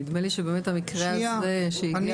נדמה לי שבאמת המקרה הזה שהגיע --- שנייה,